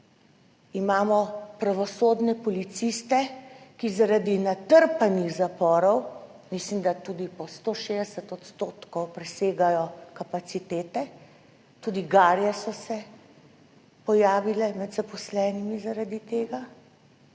Imamo pravosodne policiste, ki zaradi natrpanih zaporov, mislim, da tudi po 160 odstotkov presegajo kapacitete, tudi garje so se pojavile med zaposlenimi zaradi tega,